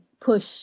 push